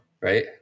Right